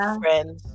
friends